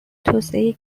توسعه